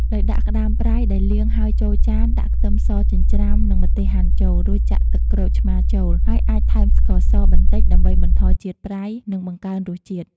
ដោយដាក់ក្តាមប្រៃដែលលាងហើយចូលចាន ដាក់ខ្ទឹមសចិញ្ច្រាំ និងម្ទេសហាន់ចូល រួចចាក់ទឹកក្រូចឆ្មារចូល ហើយអាចថែមស្ករសបន្តិចដើម្បីបន្ថយជាតិប្រៃ និងបង្កើនរសជាតិ។